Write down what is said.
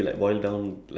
for free